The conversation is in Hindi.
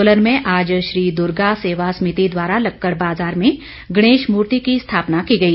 सोलन में आज श्री दुर्गा सेवा समिति द्वारा लक्कड़ बाज़ार में गणेश मूर्ति की स्थापना की गई